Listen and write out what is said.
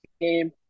Game